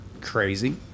crazy